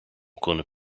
kunnen